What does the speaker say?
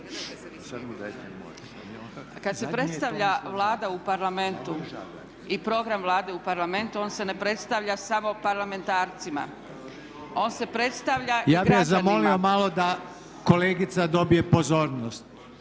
Kad se predstavlja Vlada u Parlamentu i program Vlade u Parlamentu on se ne predstavlja samo parlamentarcima. On se predstavlja i građanima. …/Upadica predsjednik: Ja bih vas zamolio malo da kolegica dobije pozornost./…